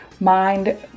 Mind